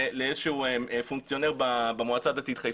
לאיזשהו פונקציונר במועצה הדתית חיפה.